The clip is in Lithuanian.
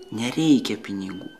nereikia pinigų